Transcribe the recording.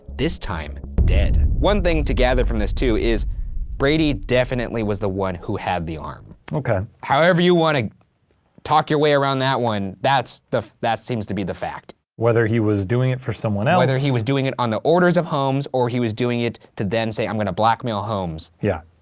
this time dead. one thing to gather from this too, is brady definitely was the one who had the arm. okay. however you wanna talk your way around that one, that seems to be the fact. whether he was doing it for someone else. whether he was doing it on the orders of holmes or he was doing it to then say i'm gonna blackmail holmes. yeah.